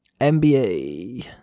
NBA